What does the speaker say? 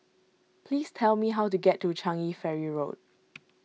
please tell me how to get to Changi Ferry Road